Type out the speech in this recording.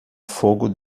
fogo